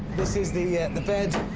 this is the yeah the bed.